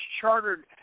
chartered